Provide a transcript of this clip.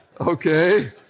okay